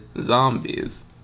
zombies